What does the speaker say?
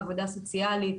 עבודה סוציאלית,